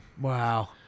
wow